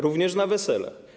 Również na weselach.